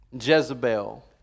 Jezebel